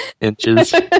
Inches